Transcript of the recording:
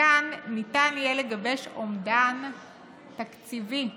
מכאן ניתן יהיה לגבש אומדן תקציבי בנושא.